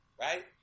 right